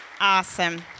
Awesome